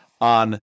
on